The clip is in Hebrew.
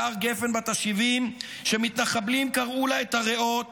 הגר גפן בת ה-70, שמתנחבלים קרעו לה את הריאות